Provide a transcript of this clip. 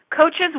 Coaches